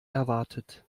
erwartet